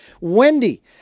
Wendy